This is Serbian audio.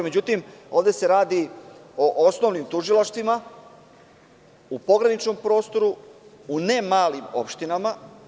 Međutim, ovde se radi o osnovnim tužilaštvima u pograničnom prostoru, u ne malim opštinama.